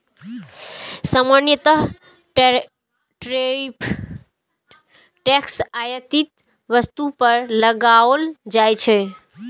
सामान्यतः tariff tax आयातित वस्तु पर लगाओल जाइ छै